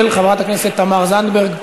של חברת הכנסת תמר זנדברג.